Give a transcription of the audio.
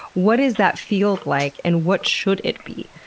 what does that feel like? and what should it be?